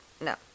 no